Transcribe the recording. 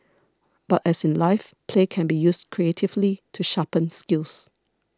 but as in life play can be used creatively to sharpen skills